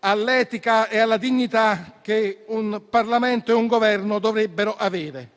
all'etica e alla dignità che un Parlamento e un Governo dovrebbero avere.